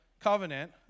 covenant